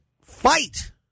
fight